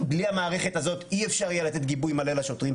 בלי המערכת הזאת אי אפשר יהיה לתת גיבוי מלא לשוטרים.